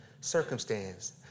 circumstance